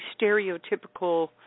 stereotypical